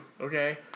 okay